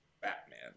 Batman